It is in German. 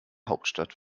hauptstadt